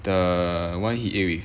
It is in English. the one he ate with